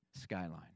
skyline